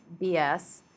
BS